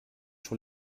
sur